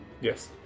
Yes